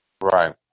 Right